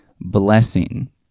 blessing